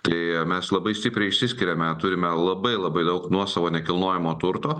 tai mes labai stipriai išsiskiriame turime labai labai daug nuosavo nekilnojamo turto